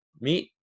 meet